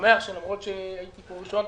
שלמרות שהייתי פה ראשון,